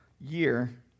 year